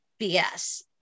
BS